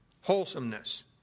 Wholesomeness